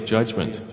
Judgment